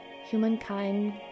humankind